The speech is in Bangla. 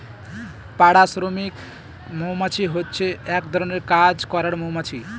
পাড়া শ্রমিক মৌমাছি হচ্ছে এক ধরনের কাজ করার মৌমাছি